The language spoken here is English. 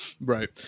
right